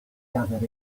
gathered